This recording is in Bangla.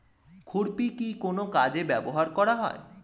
খুরপি কি কোন কাজে ব্যবহার করা হয়?